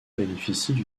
bénéficient